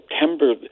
September